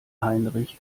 heinrich